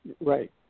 Right